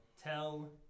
tell